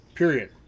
Period